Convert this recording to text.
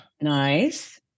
Nice